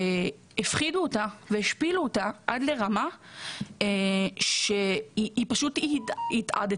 הפחידו אותה והשפילו אותה עד לרמה שהיא פשוט התאדתה,